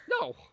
No